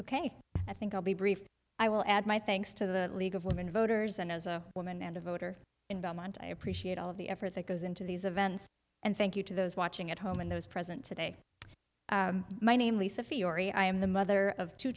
ok i think i'll be brief i will add my thanks to the league of women voters and as a woman and a voter in belmont i appreciate all of the effort that goes into these events and thank you to those watching at home and those present today my name lisa fiore i am the mother of two